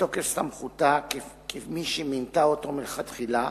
מתוקף סמכותה כמי שמינתה אותו מלכתחילה,